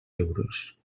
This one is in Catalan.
euros